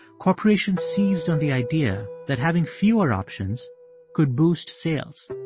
corporations seized on the idea that having fewer options could boost sales.